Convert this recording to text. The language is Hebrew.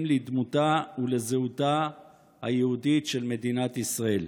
לדמותה ולזהותה היהודית של מדינת ישראל.